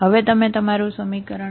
હવે તમે તમારું સમીકરણ લો